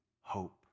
hope